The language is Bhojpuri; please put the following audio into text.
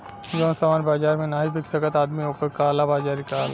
जौन सामान बाजार मे नाही बिक सकत आदमी ओक काला बाजारी कहला